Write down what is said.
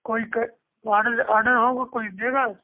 कोई का order order होगा कोई देगा